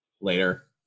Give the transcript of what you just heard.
later